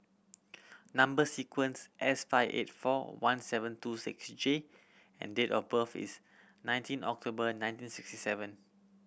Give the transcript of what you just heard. number sequence S five eight four one seven two six J and date of birth is nineteen October nineteen sixty seven